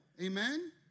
Amen